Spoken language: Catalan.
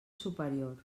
superior